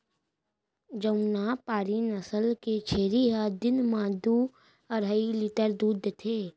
जमुनापारी नसल के छेरी ह दिन म दू अढ़ाई लीटर दूद देथे